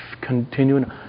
Continuing